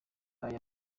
aya